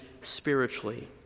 spiritually